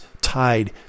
tied